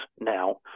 now